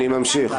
אוקיי, אני ממשיך.